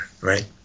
right